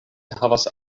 havas